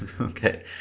Okay